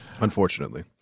unfortunately